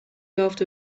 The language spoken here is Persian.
یافت